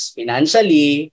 financially